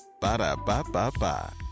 Ba-da-ba-ba-ba